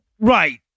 Right